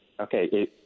okay –